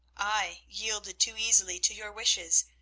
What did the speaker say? i yielded too easily to your wishes,